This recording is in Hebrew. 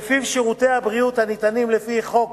שלפיו שירותי הבריאות שניתנים לפי חוק